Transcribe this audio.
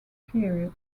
period